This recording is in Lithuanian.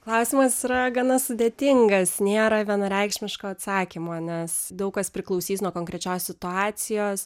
klausimas yra gana sudėtingas nėra vienareikšmiško atsakymo nes daug kas priklausys nuo konkrečios situacijos